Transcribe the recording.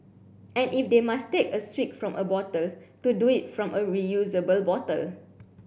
and if they must take a swig from a bottle to do it from a reusable bottle